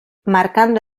marcando